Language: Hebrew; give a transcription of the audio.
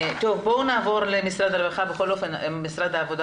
בואו נעבור למשרד העבודה,